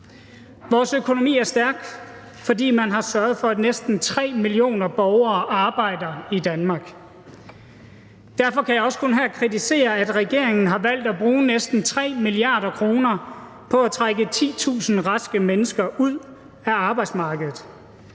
Vores økonomi er stærk, fordi man har sørget for, at næsten 3 millioner borgere arbejder i Danmark. Derfor kan jeg også kun her kritisere, at regeringen har valgt at bruge næsten 3 mia. kr. på at trække 10.000 raske mennesker ud af arbejdsmarkedet.